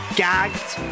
gagged